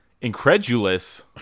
incredulous